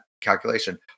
calculation